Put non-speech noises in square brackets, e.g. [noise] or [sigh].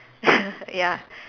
[laughs] ya